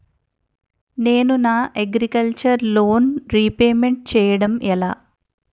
నేను నా agriculture loan repayment చేయడం ఎలా?